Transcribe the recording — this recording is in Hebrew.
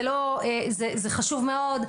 זה חשוב מאוד.